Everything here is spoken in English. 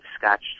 Scotch